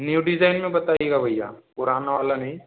new design में बताइएगा भैया पुराना वाला नहीं